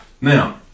Now